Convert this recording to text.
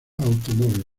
automóviles